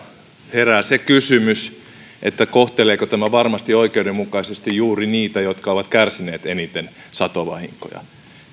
herää se kysymys kohteleeko tämä varmasti oikeudenmukaisesti juuri niitä jotka ovat kärsineet eniten satovahinkoja